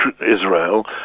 Israel